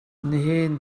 nihin